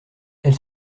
elle